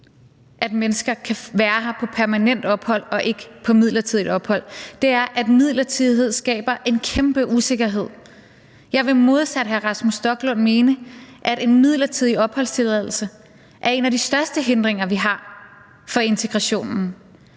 at mennesker kan være her på permanent ophold og ikke på midlertidigt ophold, er, at midlertidighed skaber en kæmpe usikkerhed. Jeg vil modsat hr. Rasmus Stoklund mene, at en midlertidig opholdstilladelse er en af de største hindringer, vi har, for integrationen.